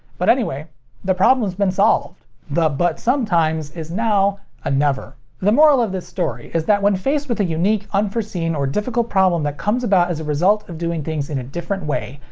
but anyway the problem has been solved. the but sometimes is now a never. the moral of this story is that when faced with a unique, unforeseen, or difficult problem that comes about as a result of doing things in a different way,